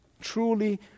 truly